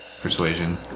Persuasion